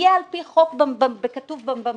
יהיה על פי חוק כתוב במכרז,